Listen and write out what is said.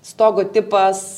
stogo tipas